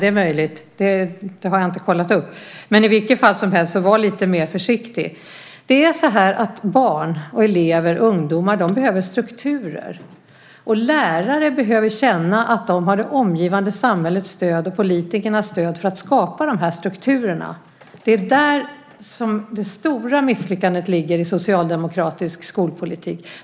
Det är möjligt; jag har inte kollat upp det. I vilket fall som helst bör Mikael Damberg vara lite mer försiktig. Barn och elever, ungdomar, behöver strukturer, och lärare behöver känna att de har det omgivande samhällets och politikernas stöd för att skapa de strukturerna. Där ligger det stora misslyckandet i socialdemokratisk skolpolitik.